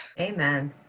Amen